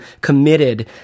committed